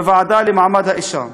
בוועדה למעמד האישה.